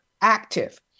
active